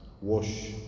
Wash